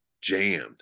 jammed